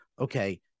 okay